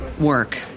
work